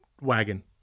wagon